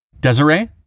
Desiree